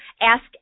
ask